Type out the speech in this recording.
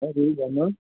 हजुर भन्नुहोस्